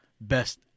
best